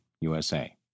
USA